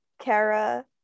Kara